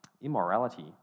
immorality